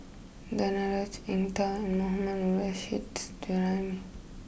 Danaraj Eng tow Mohammad Nurrasyid Juraimi